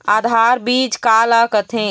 आधार बीज का ला कथें?